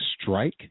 strike